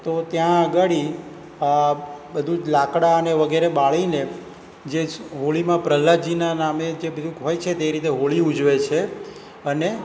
તો ત્યાં આગળ બધું જ લાકડા અને વગેરે બળીને જે સ હોળીમાં પ્રહ્લાદજીના નામે જે બધું હોય છે તે રીતે હોળી ઉજવે છે અને